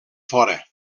fora